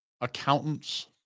accountants